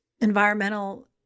environmental